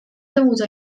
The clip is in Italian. dovuto